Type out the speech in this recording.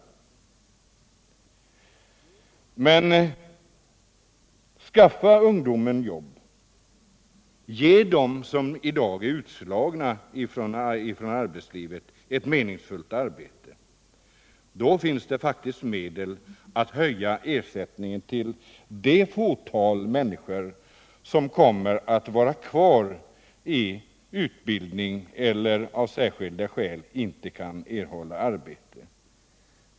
Men skaffa ungdomen jobb, ge dem som i dag är utslagna i arbetslivet ett meningsfullt arbetet! Då kommer det faktiskt att finnas medel att höja ersättningen till det fåtal människor som kommer att vara kvar i utbildning eller som av särskilda skäl inte kan erhålla arbete.